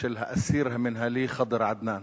של האסיר המינהלי ח'דר עדנאן,